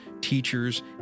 teachers